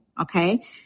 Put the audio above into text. okay